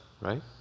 right